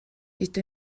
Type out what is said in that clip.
hyd